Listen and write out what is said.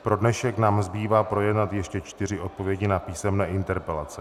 Pro dnešek nám zbývá projednat ještě čtyři odpovědi na písemné interpelace.